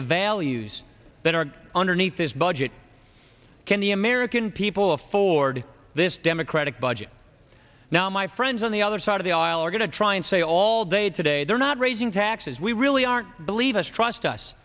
the values that are underneath this budget can the american people afford this democratic budget now my friends on the other side of the aisle are going to try and say all day today they're not raising taxes we really aren't believe us trust us